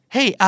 Hey